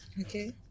Okay